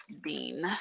Bean